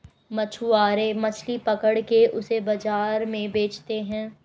मछुआरे मछली पकड़ के उसे बाजार में बेचते है